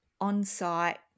on-site